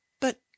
But